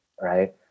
right